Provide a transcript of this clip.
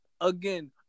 again